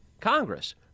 Congress